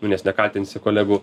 nu nes nekaltinsi kolegų